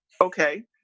okay